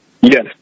Yes